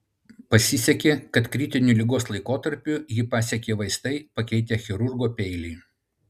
pasisekė kad kritiniu ligos laikotarpiu jį pasiekė vaistai pakeitę chirurgo peilį